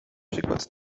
przykład